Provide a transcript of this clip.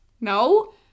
No